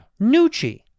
Nucci